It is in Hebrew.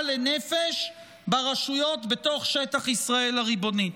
לנפש ברשויות בתוך שטח ישראל הריבונית.